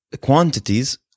quantities